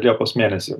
liepos mėnesį